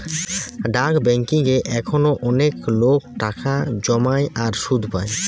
ডাক বেংকিং এ এখনো অনেক লোক টাকা জমায় আর সুধ পায়